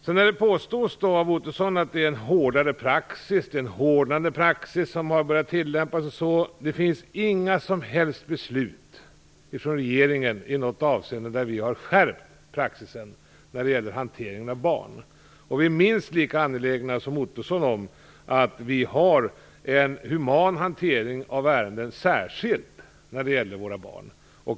Roy Ottosson påstår att det är en hårdare praxis som har börjat tillämpas. Det finns inga som helst beslut i något avseende där regeringen har skärpt praxisen när det gäller hanteringen av barn. Vi är minst lika angelägna som Ottosson om att vi har en human hantering av ärenden, särskilt när det gäller våra barn.